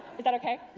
is that okay?